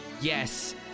Yes